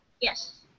Yes